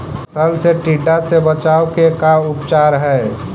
फ़सल के टिड्डा से बचाव के का उपचार है?